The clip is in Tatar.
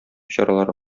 чаралары